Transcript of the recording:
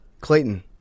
Clayton